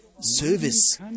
service